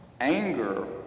Anger